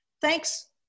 Thanks